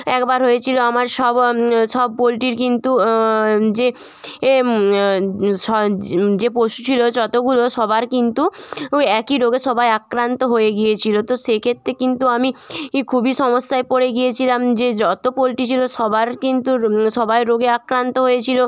একবার হয়েছিল আমার সব সব পোলট্রির কিন্তু যে এ স যে পশু ছিল যতগুলো সবার কিন্তু ওই একই রোগে সবাই আক্রান্ত হয়ে গিয়েছিল তো সেক্ষেত্রে কিন্তু আমি ই খুবই সমস্যায় পড়ে গিয়েছিলাম যে যত পোলট্রি ছিল সবার কিন্তু সবাই রোগে আক্রান্ত হয়েছিল